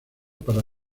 para